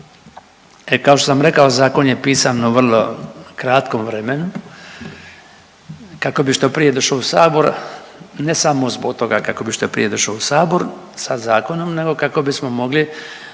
E kao što sam rekao, zakon je pisan u vrlo kratkom vremenu kako bi što prije došao u Sabor, ne samo zbog toga kako bi što prije došao u Sabor sa zakonom nego kako bismo mogli